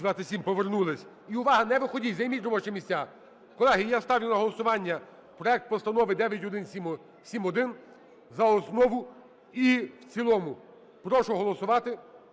Повернулись. І, увага, не виходіть, займіть робочі місця! Колеги, я ставлю на голосування проект Постанови 9171 за основу і в цілому. Прошу голосувати.